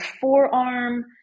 forearm